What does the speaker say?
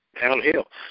downhill